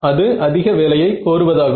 அது அதிக வேலையை கோருவதாகும்